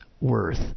worth